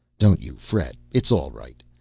don't you fret, it's all right.